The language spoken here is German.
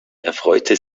erfreute